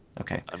Okay